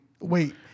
Wait